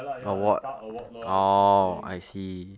ya lah ya lah star award lor that kind of thing